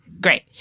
great